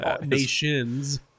Nations